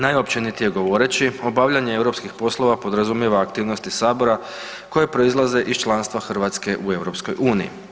Najopćenitije govoreći obavljanje europskih poslova podrazumijeva aktivnosti sabora koje proizlaze iz članstva Hrvatske u EU.